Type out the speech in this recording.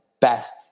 best